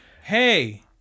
hey